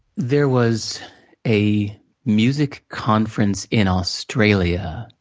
there was a music conference in australia,